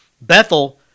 Bethel